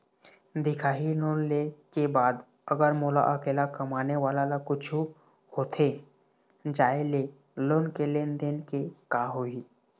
दिखाही लोन ले के बाद अगर मोला अकेला कमाने वाला ला कुछू होथे जाय ले लोन के लेनदेन के का होही?